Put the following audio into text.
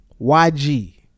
YG